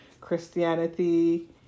Christianity